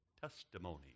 testimony